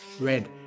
red